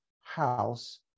House